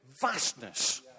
vastness